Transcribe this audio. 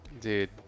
Dude